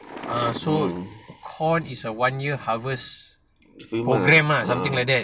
err so corn is a one year harvest program lah something like that